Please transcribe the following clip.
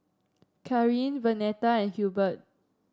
Kareen Vernetta and Hurbert